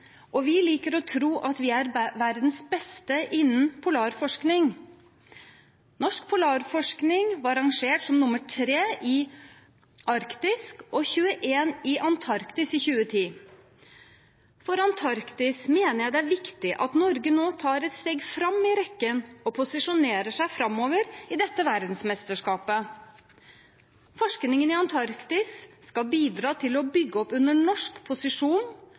og vi liker å tro at vi er verdens beste innen polarforskning. Norsk polarforskning var rangert som nr. tre for Arktis og nr. 21 for Antarktis i 2010. For Antarktis mener jeg det er viktig at Norge nå tar et steg fram i rekken og posisjonerer seg framover i dette verdensmesterskapet. Forskningen i Antarktis skal bidra til å bygge opp under norsk posisjon,